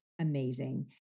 amazing